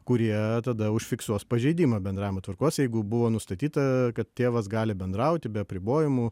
kurie tada užfiksuos pažeidimą bendravimo tvarkos jeigu buvo nustatyta kad tėvas gali bendrauti be apribojimų